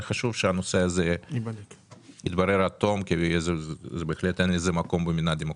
חשוב שהנושא הזה יתברר עד תום כי בהחלט אין לזה מקום במדינה דמוקרטית.